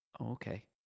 okay